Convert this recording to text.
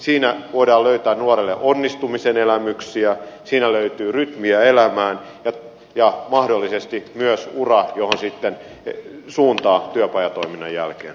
siinä voidaan löytää nuorelle onnistumisen elämyksiä siinä löytyy rytmiä elämään ja mahdollisesti myös ura johon sitten suuntaa työpajatoiminnan jälkeen